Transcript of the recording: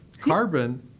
Carbon